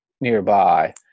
nearby